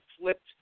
flipped